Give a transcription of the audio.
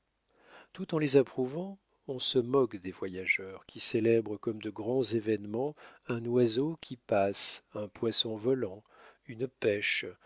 tout en les approuvant on se moque des voyageurs qui célèbrent comme de grands événements un oiseau qui passe un poisson volant une pêche